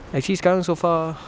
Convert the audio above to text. actually sekarang so far